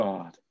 God